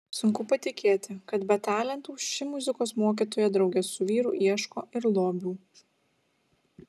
sunku patikėti kad be talentų ši muzikos mokytoja drauge su vyru ieško ir lobių